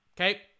Okay